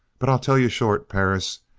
but i'll tell you short, perris,